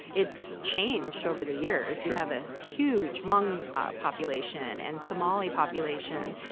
it's changed over the years. we have a huge hmong population and somali population,